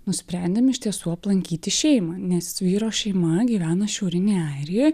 nusprendėm iš tiesų aplankyti šeimą nes vyro šeima gyvena šiaurinėj airijoj